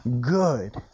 good